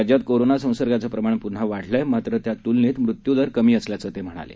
राज्यात कोरोना संसर्गाचं प्रमाण प्न्हा वाढलं आहे मात्र त्या त्लनेत मृत्यूदर कमी असल्याचं ते म्हणाले